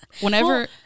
Whenever